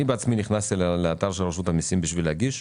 אני בעצמי נכנסתי לאתר של רשות המיסים בשביל להגיש,